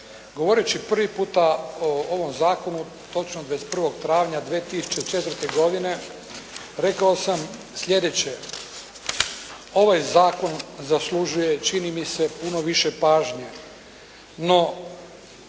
Govoreći prvi puta o ovom zakonu, točno 21. travnja 2004. godine rekao sam sljedeće: ovaj zakon zaslužuje čini mi se puno više pažnje. No,